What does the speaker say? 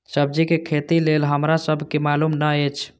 सब्जी के खेती लेल हमरा सब के मालुम न एछ?